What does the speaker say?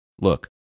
Look